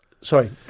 sorry